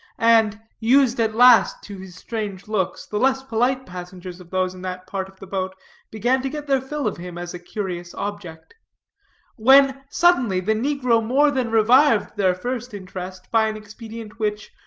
and, used at last to his strange looks, the less polite passengers of those in that part of the boat began to get their fill of him as a curious object when suddenly the negro more than revived their first interest by an expedient which,